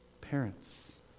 Parents